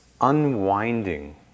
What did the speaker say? unwinding